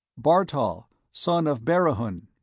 bartol son of berihun.